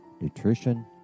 nutrition